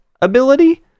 ability